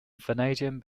vanadium